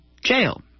jail